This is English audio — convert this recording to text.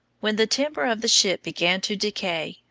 when the timber of the ship began to decay,